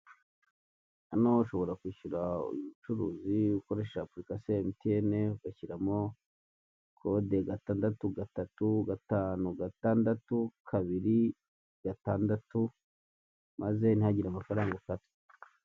Hano ushobora kwishyura umucuruzi ukoresheje apurikasiyo ya emutiyene ugashyiramo kode gatandatu, gatatu, gatanu, gatandatu, kabiri, gatandatu, maze ntihagire amafaranga ukatwa.